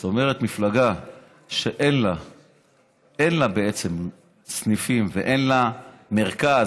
זאת אומרת מפלגה שאין לה סניפים ואין לה מרכז,